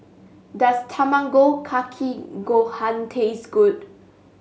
does Tamago Kake Gohan taste good